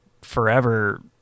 forever